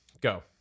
go